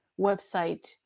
website